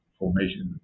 formation